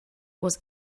was